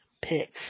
picks